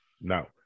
no